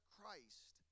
Christ